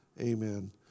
amen